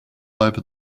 over